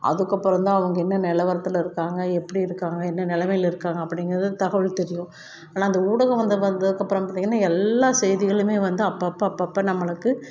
அதுக்கப்புறோந்தான் அவங்க என்ன நிலவரத்துல இருக்காங்க எப்படி இருக்காங்க என்ன நிலமையில இருக்காங்க அப்படிங்குற தகவல் தெரியும் எல்லாம் அந்த ஊடகம் வந்த ப வந்தக்கப்புறோம் பார்த்தீங்கன்னா எல்லா செய்திகளுமே வந்து அப்போப்ப அப்போப்ப நம்மளுக்கு